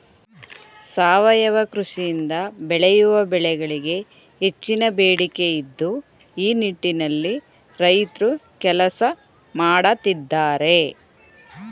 ಸಾವಯವ ಕೃಷಿಯಿಂದ ಬೆಳೆಯುವ ಬೆಳೆಗಳಿಗೆ ಹೆಚ್ಚಿನ ಬೇಡಿಕೆ ಇದ್ದು ಈ ನಿಟ್ಟಿನಲ್ಲಿ ರೈತ್ರು ಕೆಲಸ ಮಾಡತ್ತಿದ್ದಾರೆ